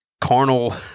carnal